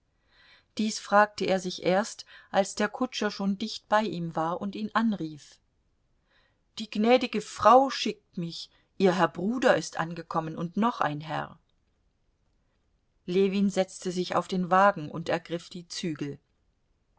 dies fragte er sich erst als der kutscher schon dicht bei ihm war und ihn anrief die gnädige frau schickt mich ihr herr bruder ist angekommen und noch ein herr ljewin setzte sich auf den wagen und ergriff die zügel